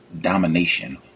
domination